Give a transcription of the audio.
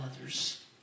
others